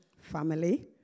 family